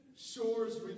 shores